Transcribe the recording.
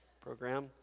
program